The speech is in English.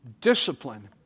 Discipline